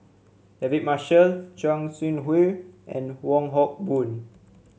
David Marshall Chua Sian and Wong Hock Boon